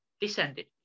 descended